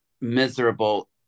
miserable